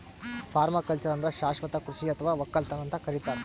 permaculture ಅಂದ್ರ ಶಾಶ್ವತ್ ಕೃಷಿ ಅಥವಾ ವಕ್ಕಲತನ್ ಅಂತ್ ಕರಿತಾರ್